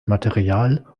material